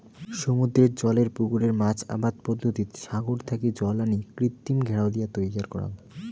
সমুদ্রের জলের পুকুরে মাছ আবাদ পদ্ধতিত সাগর থাকি জল আনি কৃত্রিম ঘেরাও দিয়া তৈয়ার করাং